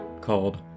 called